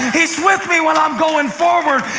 he's with me when i'm going forward.